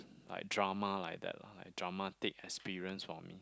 like drama like that lah like drama take experience for me